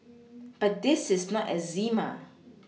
but this is not eczema